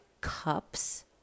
cups